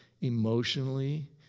emotionally